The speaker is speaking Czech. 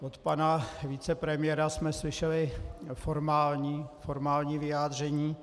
Od pana vicepremiéra jsme slyšeli formální vyjádření.